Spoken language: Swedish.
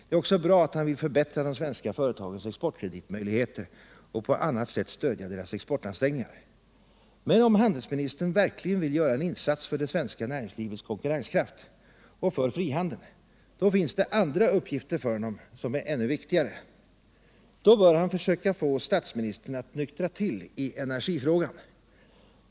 Det är också bra att han vill förbättra de svenska företagens exportkreditmöjligheter och på annat sätt stödja deras exportansträngningar. Men om handelsministern verkligen vill göra en insats för det svenska näringslivets konkurrenskraft och för frihandeln, då finns det andra uppgifter för honom som är ännu viktigare. Då bör han försöka få statsministern att nyktra till i energifrågan.